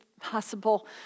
possible